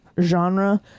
genre